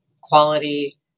quality